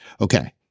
Okay